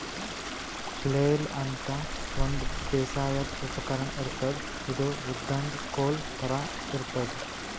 flail ಅಂತಾ ಒಂದ್ ಬೇಸಾಯದ್ ಉಪಕರ್ಣ್ ಇರ್ತದ್ ಇದು ಉದ್ದನ್ದ್ ಕೋಲ್ ಥರಾ ಇರ್ತದ್